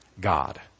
God